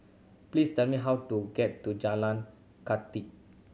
please tell me how to get to Jalan Kathi